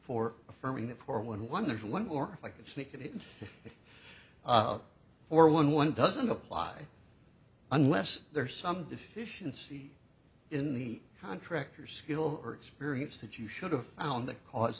for affirming that for one one there's one or if i could sneak it in for one one doesn't apply unless there is some deficiency in the contractor skill or experience that you should have found that cause